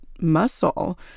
muscle